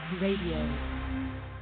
radio